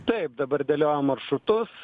taip dabar dėliojam maršrutus